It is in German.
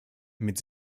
mit